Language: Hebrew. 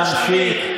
מספיק.